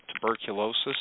tuberculosis